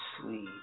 sweet